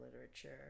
literature